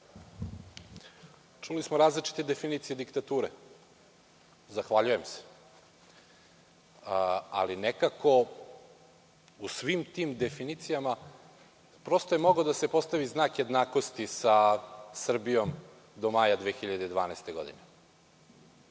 Čuli smo različite definicije diktature, ali nekako u svim tim definicijama mogao je da se postavi znak jednakosti sa Srbijom do maja 2012. godine.